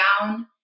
down